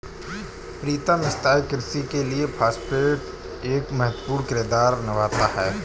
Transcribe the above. प्रीतम स्थाई कृषि के लिए फास्फेट एक महत्वपूर्ण किरदार निभाता है